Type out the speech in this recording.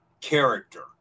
character